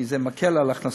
כי זה מקל על ההכנסות,